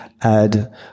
add